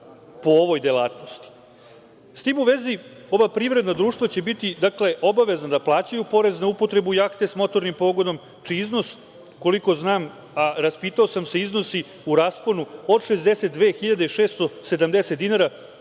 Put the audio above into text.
po ovoj delatnosti.S tim u vezi, ova privredna društva će biti obavezna da plaćaju porez na upotrebu jahte sa motornim pogonom čiji iznos, koliko znam, a raspitao sam se, iznosi u rasponu od 62.670 dinara